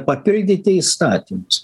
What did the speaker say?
papildyti įstatymus